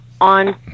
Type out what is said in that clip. On